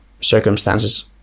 circumstances